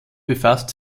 befasst